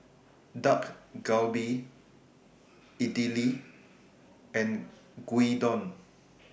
Dak Galbi Idili and Gyudon